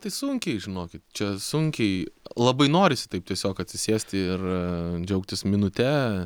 tai sunkiai žinokit čia sunkiai labai norisi taip tiesiog atsisėsti ir džiaugtis minute